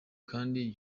kandi